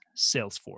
Salesforce